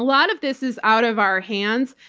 lot of this is out of our hands.